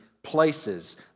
Places